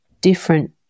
different